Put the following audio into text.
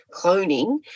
cloning